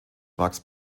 max